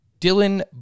Dylan